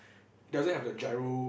it doesn't have the giro